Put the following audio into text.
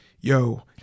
yo